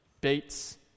beats